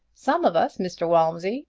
some of us, mr. walmsley,